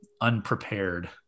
unprepared